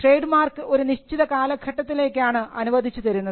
trade mark ഒരു നിശ്ചിത കാലഘട്ടത്തിലേക്കാണ് അനുവദിച്ചിരുന്നത്